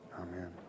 Amen